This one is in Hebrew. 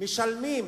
משלמים